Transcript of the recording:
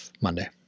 monday